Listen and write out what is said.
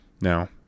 Now